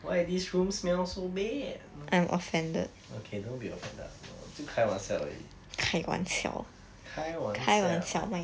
why this room smell so bad okay don't be offended 我只开玩笑而已开玩笑